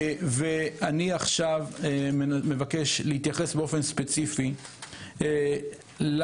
אני מבקש עכשיו להתייחס באופן ספציפי לתקנות.